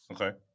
Okay